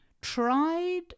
tried